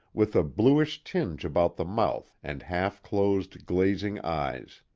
with a bluish tinge about the mouth, and half-closed, glazing eyes.